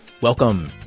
Welcome